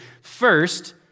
First